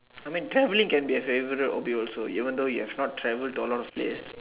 I mean travelling can be a favourite hobby also even though you have not travelled to a lot of place